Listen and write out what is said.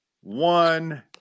one